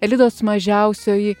elidos mažiausioji